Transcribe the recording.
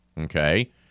Okay